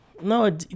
No